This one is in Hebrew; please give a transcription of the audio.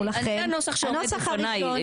לכם --- אז זה הנוסח שעומד בפניי,